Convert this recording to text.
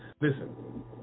Listen